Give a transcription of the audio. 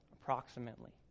approximately